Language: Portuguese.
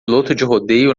rodeio